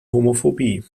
homophobie